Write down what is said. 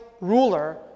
ruler